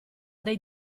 dai